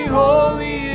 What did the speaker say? holy